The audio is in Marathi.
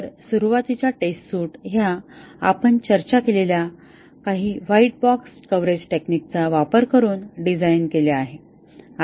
तर सुरुवातीच्या टेस्ट सुट हया आपण चर्चा केलेल्या काही व्हाईट बॉक्स कव्हरेज टेक्निकचा वापर करून डिझाइन केले आहे